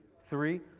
three,